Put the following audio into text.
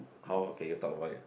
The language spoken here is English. how can you talk about it